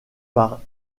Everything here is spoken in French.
par